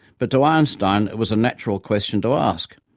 but to einstein it was a natural question to ask,